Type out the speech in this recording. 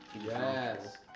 Yes